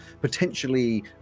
potentially